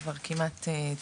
כבר כמעט צוהריים,